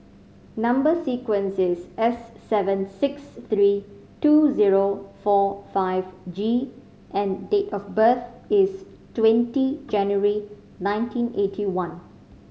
number sequence is S seven six three two zero four five G and date of birth is twenty January nineteen eighty one